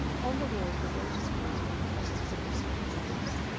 on the walls were notice-boards bearing clusters of newspaper slips,